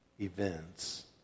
events